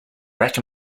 rack